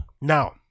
now